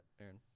Aaron